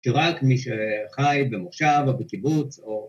שרק מי שחי במושב או בקיבוץ או...